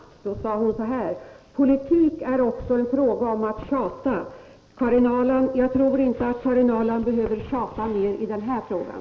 Hon framhöll då att politik också är en fråga om att tjata. Karin Ahrland! Jag tror inte att Karin Ahrland behöver tjata mer i den här frågan.